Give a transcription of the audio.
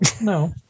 no